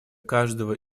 каждого